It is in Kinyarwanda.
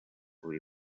buri